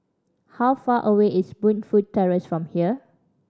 how far away is Burnfoot Terrace from here